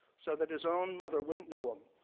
so that his own mother wouldn't know him.